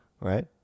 right